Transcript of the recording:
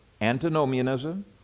Antinomianism